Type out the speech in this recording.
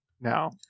now